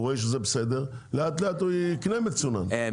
רואה שזה בסדר לאט לאט הוא יקנה מצונן באופן טבעי.